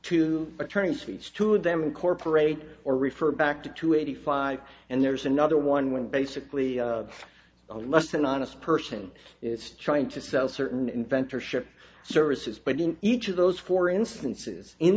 to attorney's fees two of them incorporate or refer back to eighty five and there's another one when basically a less than honest person is trying to sell certain inventor ship services but in each of those four instances in